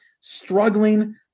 struggling